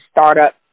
startup